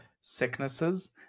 sicknesses